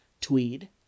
Tweed